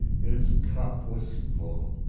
his cup was full,